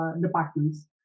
departments